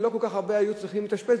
ולא כל כך הרבה היו צריכים להתאשפז,